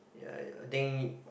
ya ya think